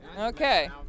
Okay